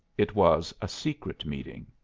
it was a secret meeting.